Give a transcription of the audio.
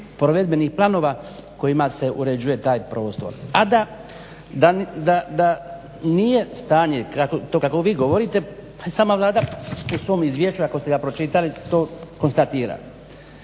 provedbenih planova kojima se uređuje taj prostor. A da nije stanje to kako vi govorite pa i sama Vlada u svom izvješću ako ste ga pročitali to konstatira.